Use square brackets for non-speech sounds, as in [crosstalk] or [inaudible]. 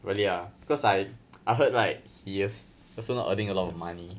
really ah cause I [noise] I heard like he also not earning a lot of money